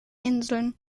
inseln